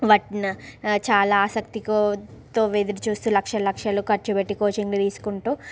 వాట్ని చాలా ఆసక్తితో ఎదురు చూస్తూ లక్షలు లక్షలు ఖర్చుపెట్టి కోచింగ్ తీసుకుంటూ